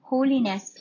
Holiness